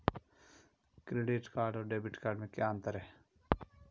Credit card और debit card में क्या अंतर है?